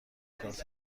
کارت